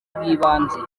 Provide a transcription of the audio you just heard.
bw’ibanze